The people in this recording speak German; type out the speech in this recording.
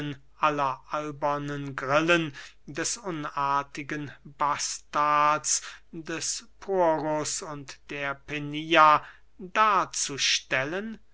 aller albernen grillen des unartigen bastards des porus und der penia darzustellen